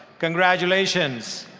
congratulations.